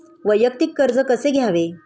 वैयक्तिक कर्ज कसे घ्यावे?